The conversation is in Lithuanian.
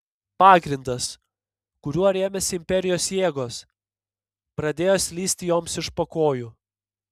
pagrindas kuriuo rėmėsi imperijos jėgos pradėjo slysti joms iš po kojų